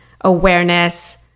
awareness